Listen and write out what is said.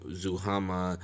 zuhama